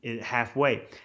halfway